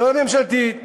חברה ממשלתית לדיור,